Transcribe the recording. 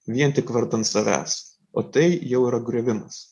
vien tik vardan savęs o tai jau yra griovimas